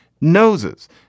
noses